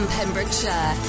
Pembrokeshire